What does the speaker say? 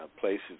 places